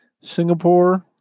Singapore